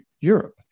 Europe